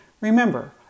Remember